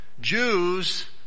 Jews